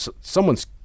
someone's